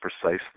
precisely